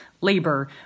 labor